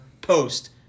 post